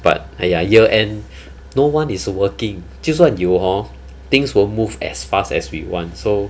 but !aiya! year end no one is working 就算有 hor things won't move as fast as we want so